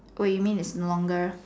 oh you mean it's no longer